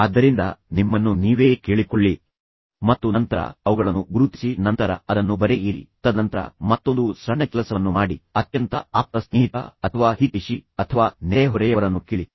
ಆದ್ದರಿಂದ ನಿಮ್ಮನ್ನು ನೀವೇ ಕೇಳಿಕೊಳ್ಳಿ ಮತ್ತು ನಂತರ ಅವುಗಳನ್ನು ಗುರುತಿಸಿ ನಂತರ ಅದನ್ನು ಬರೆಯಿರಿ ತದನಂತರ ಮತ್ತೊಂದು ಸಣ್ಣ ಕೆಲಸವನ್ನು ಮಾಡಿ ಅತ್ಯಂತ ಆಪ್ತ ಸ್ನೇಹಿತ ಅಥವಾ ಹಿತೈಷಿ ಅಥವಾ ನೆರೆಹೊರೆಯವರನ್ನು ಕೇಳಿ